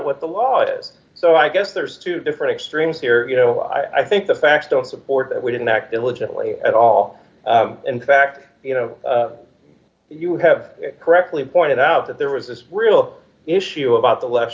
what the law is so i guess there's two different extremes here you know i think the facts don't support that we didn't act diligently at all in fact you know you have correctly pointed out that there was this real issue about the left